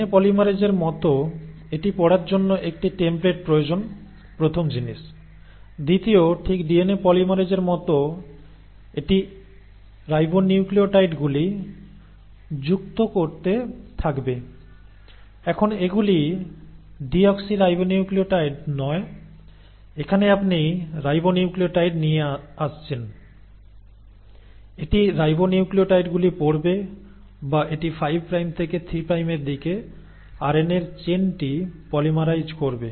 DNA পলিমারেজের মতো এটি পড়ার জন্য একটি টেম্পলেট প্রয়োজন প্রথম জিনিস দ্বিতীয় ঠিক ডিএনএ পলিমারেজের মতো এটি রাইবোনিউক্লিয়োটাইডগুলি যুক্ত করতে থাকবে এখন এগুলি ডিঅক্সিরাইবোনিউক্লিয়োটাইড নয় এখানে আপনি রিবোনোক্লিয়োটাইড নিয়ে আসছেন এটি রাইবোনিউক্লিয়োটাইডগুলি পড়বে বা এটি 5 প্রাইম থেকে 3 প্রাইমের দিকে আরএনএর চেনটি পলিমারাইজ করবে